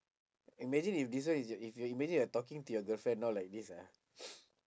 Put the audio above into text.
imagine if this one is your if you imagine you're talking to your girlfriend now like this ah